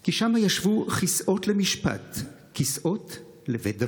כי שמה ישבו כסאות למשפט, כסאות לבית דויד.